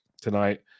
tonight